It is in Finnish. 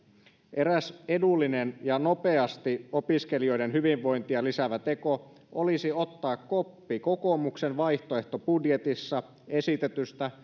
eräs edullinen ja nopeasti opiskelijoiden hyvinvointia lisäävä teko olisi ottaa koppi kokoomuksen vaihtoehtobudjetissa esitetystä